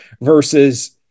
versus –